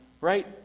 right